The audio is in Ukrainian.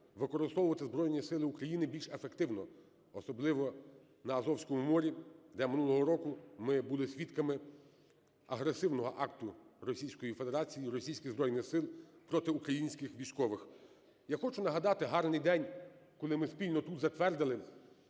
використовувати Збройні Сили України більш ефективно, особливо на Азовському морі, де минулого року ми були свідками агресивного акту Російської Федерації і російських збройних сил проти українських військових. Я хочу нагадати гарний день, коли ми спільно тут затвердили